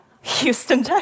Houston